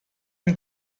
une